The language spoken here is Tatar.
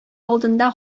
алдында